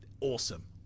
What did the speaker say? awesome